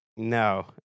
No